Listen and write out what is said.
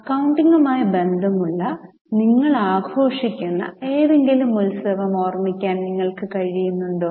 അക്കൌണ്ടിങ്ങുമായി ബന്ധമുള്ള നിങ്ങൾ ആഘോഷിക്കുന്ന ഏതെങ്കിലും ഉത്സവം ഓർമ്മിക്കാൻ നിങ്ങൾക്ക് കഴിയുന്നുണ്ടോ